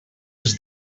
els